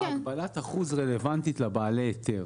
הגבלת אחוז רלוונטית לבעלי היתר.